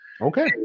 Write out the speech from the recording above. Okay